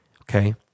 okay